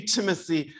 Timothy